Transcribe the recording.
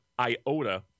iota